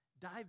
dive